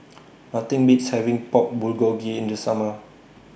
Nothing Beats having Pork Bulgogi in The Summer